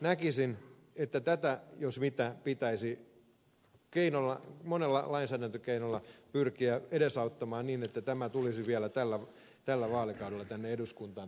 näkisin että tätä jos mitä pitäisi monella lainsäädäntökeinolla pyrkiä edesauttamaan niin että tämä kokonaisuus tulisi vielä tällä vaalikaudella tänne eduskuntaan